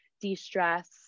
de-stress